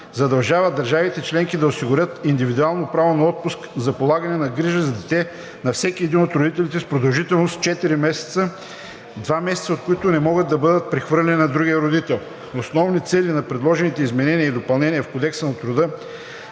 задължава държавите членки да осигурят индивидуално право на отпуск за полагане на грижи за дете на всеки един от родителите с продължителност четири месеца, два месеца от които не могат да бъдат прехвърляни на другия родител. Основни цели на предложените изменения и допълнения в Кодекса на труда